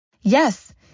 Yes